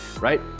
Right